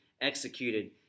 executed